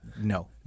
no